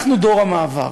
אנחנו דור המעבר.